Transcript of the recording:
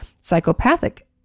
psychopathic